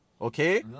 Okay